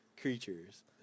creatures